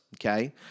okay